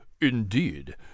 Indeed